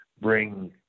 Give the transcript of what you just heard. bring